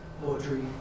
poetry